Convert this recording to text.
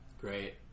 Great